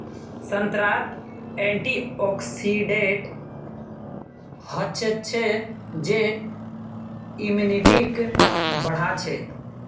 संतरात एंटीऑक्सीडेंट हचछे जे इम्यूनिटीक बढ़ाछे